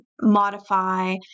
modify